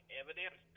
evidence